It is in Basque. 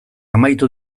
amaitu